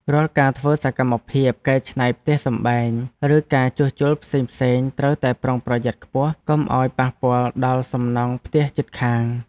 រាល់ការធ្វើសកម្មភាពកែច្នៃផ្ទះសម្បែង ឬការជួសជុលផ្សេងៗត្រូវតែប្រុងប្រយ័ត្នខ្ពស់កុំឱ្យប៉ះពាល់ដល់សំណង់ផ្ទះជិតខាង។